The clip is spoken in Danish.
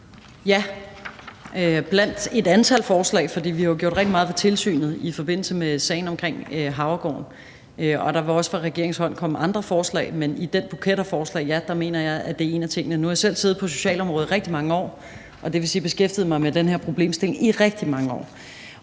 Ja, blandt et antal forslag. For vi har jo gjort rigtig meget ved tilsynet i forbindelse med sagen omkring Havregården, og der vil også fra regeringens hånd komme andre forslag, men i den buket af forslag mener jeg, at ja, det er en af tingene. Nu har jeg selv siddet på socialområdet i rigtig mange år, og det vil sige, at jeg har beskæftiget mig med den her problemstilling i rigtig mange år,